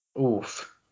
Oof